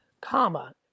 Comma